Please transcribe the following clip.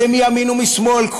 זה מימין ומשמאל.